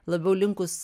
labiau linkus